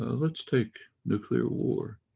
let's take nuclear war.